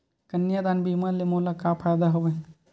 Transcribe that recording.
कन्यादान बीमा ले मोला का का फ़ायदा हवय?